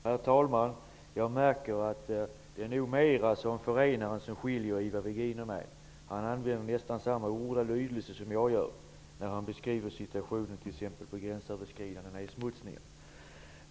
Herr talman! Jag märker att det är nog mera som förenar än som skiljer Ivar Virgin och mig. Han använder nästan samma ord som jag gör, t.ex. när han beskriver situationen i fråga om gränsöverskridande nedsmutsningar.